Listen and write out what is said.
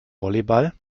volleyball